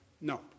No